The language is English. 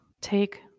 Take